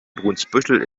brunsbüttel